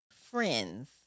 friends